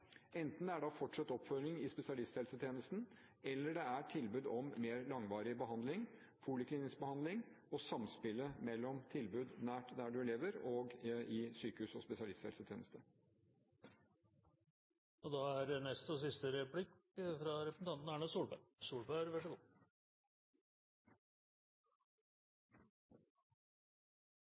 Enten er det å fortsette oppfølgingen i spesialisthelsetjenesten, eller det er tilbud om mer langvarig behandling, poliklinisk behandling og samspill mellom tilbud nært der du lever, og i sykehus og spesialisthelsetjeneste.